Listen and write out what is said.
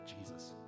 Jesus